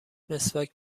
مسواک